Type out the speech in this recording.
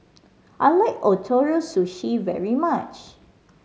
I like Ootoro Sushi very much